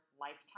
lifetime